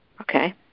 okay